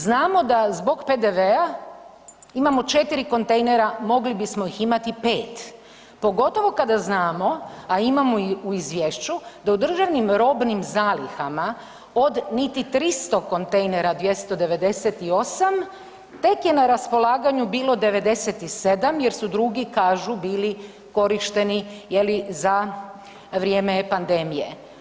Znamo da zbog PDV-a imamo 4 kontejnera, mogli bismo ih imati 5. Pogotovo kada znamo, a imamo u izvješću da u državnim robnim zalihama od niti 300 kontejnera 298 tek je na raspolaganju bilo 97 jer su drugi kažu bili korišteni je li za vrijeme pandemije.